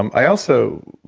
um i also.